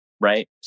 right